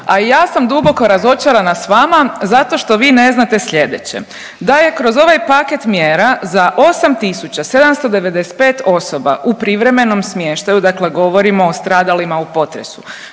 a i ja sam duboko razočarana s vama zato što vi ne znate slijedeće, da je kroz ovaj paket mjere za 8.795 osoba u privremenom smještaju, dakle govorimo o stradalima u potresu,